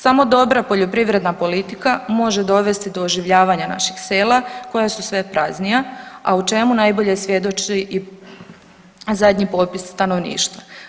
Samo dobro poljoprivredna politika može dovesti do oživljavanja naših sela koja su sve praznija, a o čemu najbolje svjedoči i zadnji popis stanovništva.